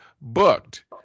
booked